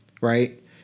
Right